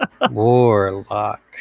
Warlock